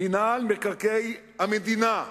מינהל מקרקעי המדינה.